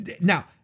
Now